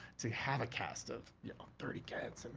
to have a cast of yeah thirty kids,